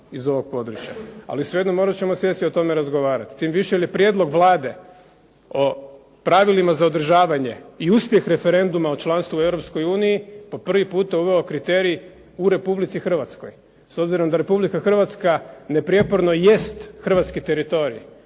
iz ovog područja, ali svejedno morat ćemo o tome sjest i razgovarati. Tim više jer je prijedlog Vlade o pravilima za održavanje i uspjeh referenduma za članstvo u Europskoj uniji po prvi puta unio kriterij u Republici Hrvatskoj, s obzirom da Republika Hrvatska neprijeporno jest Hrvatski teritorij,